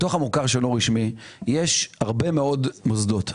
בתוך המוכר שאינו רשמי יש הרבה מאוד מוסדות.